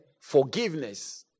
forgiveness